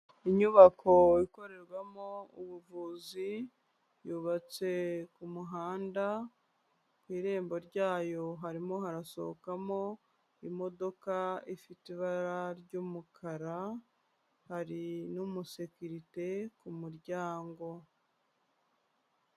Inyubako ikorerwamo ubuvuzi yubatse ku muhanda, ku irembo ryayo harimo harasohokamo imodoka ifite ibara ry'umukara, hari n'umusekirite ku muryango.